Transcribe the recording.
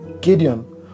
Gideon